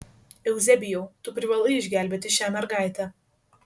euzebijau tu privalai išgelbėti šią mergaitę